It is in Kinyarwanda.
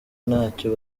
ntacyo